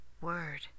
word